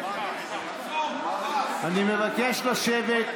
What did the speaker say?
אני מבקש לשבת.